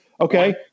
Okay